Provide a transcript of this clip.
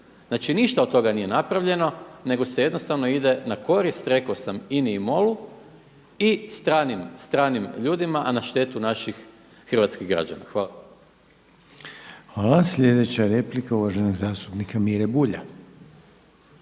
Znači ništa od toga nije napravljeno nego se jednostavno ide na korist, rekao sam INA-i i MOL-u i stranim ljudima a na štetu naših hrvatskih građana. Hvala. **Reiner, Željko (HDZ)** Hvala. Sljedeća replika je uvaženog zastupnika Mire Bulja.